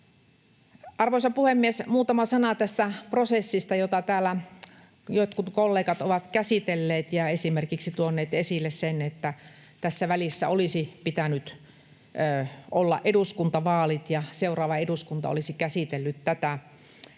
Arvoisa puhemies! Muutama sana tästä prosessista, jota täällä jotkut kollegat ovat käsitelleet ja esimerkiksi tuoneet esille sen, että tässä välissä olisi pitänyt olla eduskuntavaalit ja seuraava eduskunta olisi käsitellyt tätä